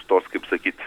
tos kaip sakyt